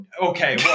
Okay